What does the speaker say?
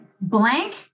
blank